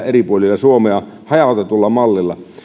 eri puolilla suomea hajautetulla mallilla